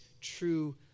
true